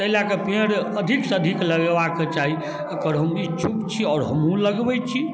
ताहि लऽ कऽ पेड़ अधिकसँ अधिक लगेबाक चाही एकर हम इच्छुक छी आओर हमहूँ लगबै छी